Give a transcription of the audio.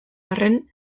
arren